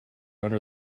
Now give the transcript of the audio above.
under